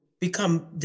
become